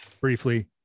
briefly